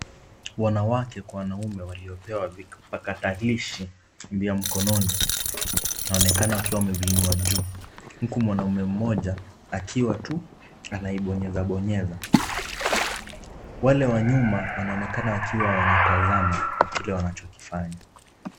Wanawake kwa wanaume waliopewa vikatabishi vya mikononi wanaonekana wakiwa wameviinua juu, huku mwanamme mmoja akiwa tu anaibonyeza bonyeza ,wale wa nyuma wanaonekana wakiwa wametazama kile wanachofanya .